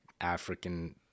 African